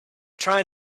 trying